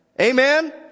Amen